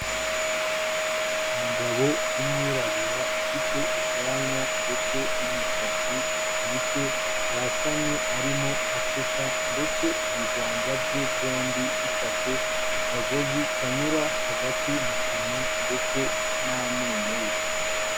Umugabo w'umwirabura ufite ubwanwa ndetse n'umusatsi muke, wasamye arimo aseka ndetse ibiganza bye byombi bifashe akagozi kanyura hagati mu kanwa ndetse n'amenyo ye.